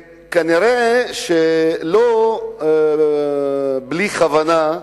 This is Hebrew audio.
נראה שלא בלי כוונה,